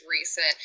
recent